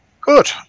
Good